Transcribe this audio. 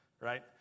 right